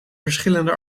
verschillende